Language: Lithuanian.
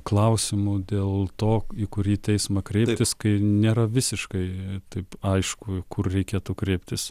klausimų dėl to į kurį teismą kreiptis kai nėra visiškai taip aišku kur reikėtų kreiptis